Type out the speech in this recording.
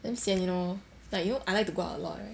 damn sian you know like you know I like to go out a lot right